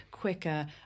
quicker